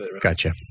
Gotcha